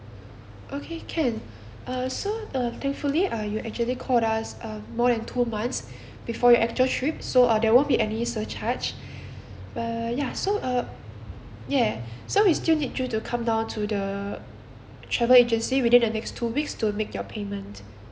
okay can uh so uh thankfully uh you actually called us uh more than two months before your actual trip so uh there won't be any surcharge but ya so uh yeah so we still need you to come down to the travel agency within the next two weeks to make your payments